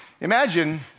imagine